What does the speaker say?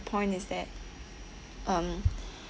point is that um